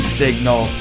signal